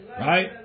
right